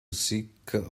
sick